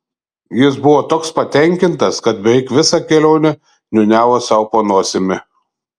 jis buvo toks patenkintas kad beveik visą kelionę niūniavo sau po nosimi